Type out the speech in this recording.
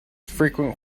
frequent